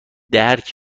درک